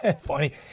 funny